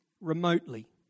remotely